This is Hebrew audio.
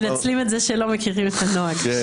מנצלים את זה שלא מכירים את הנוהג.